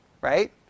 right